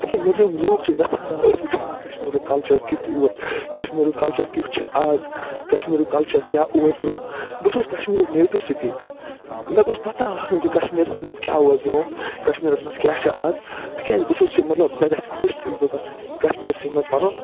تِکیٛازِ نٮ۪برِم لوٗکھ چھِ یژھان أسۍ وُچھو نا کشمیٖرُک کلچر کٮُ۪تھ اوس کشمیٖرُک کلچر کٮُ۪تھ چھُ اَز کشمیٖرُک کلچر کیٛاہ اوس برٛونٛہہ بہٕ چھُس کشمیٖرُک نیٚٹِو سُپیٖکر مےٚ گوٚژھ پتاہ آسُن زِ کشمیٖرس کیٛاہ اوس برٛونٛہہ کشمیٖرس منٛز کیٛاہ چھُ اَز تِکیٛازِ بہٕ چھُس مطلب مےٚ گژھِ خۄش بہِ کرٕ کشمیٖرسٕے منٛز پنُن